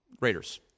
Raiders